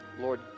Lord